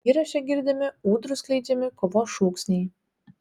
įraše girdimi ūdrų skleidžiami kovos šūksniai